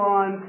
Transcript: on